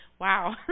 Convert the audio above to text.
wow